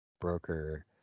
broker